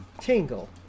Tingle